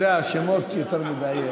אתה יודע, השמות יותר מדי,